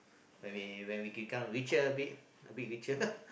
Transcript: when we when we become richer a bit a bit richer